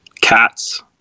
cats